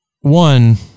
One